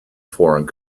foreign